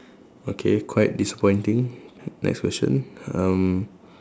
okay quite disappointing next question um